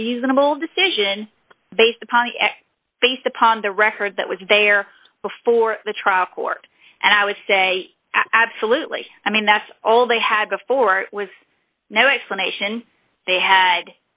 reasonable decision based upon the act based upon the record that was there before the trial court and i would say absolutely i mean that's all they had before was no explanation they had